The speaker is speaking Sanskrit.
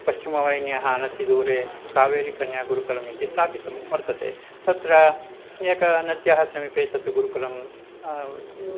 पश्चिमवाहिन्याः अनतिदूरे कावेरी कन्यागुरुकुलम् इति स्थापितं वर्तते तत्र एकः नद्याः समीपे तत् गुरुकुलं